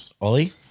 Ollie